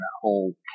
whole